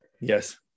Yes